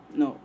no